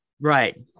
right